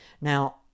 Now